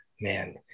man